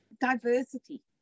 diversity